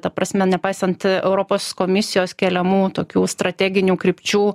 ta prasme nepaisant europos komisijos keliamų tokių strateginių krypčių